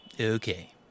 Okay